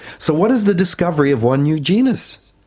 so what is the discovery of one new genus?